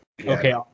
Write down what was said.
Okay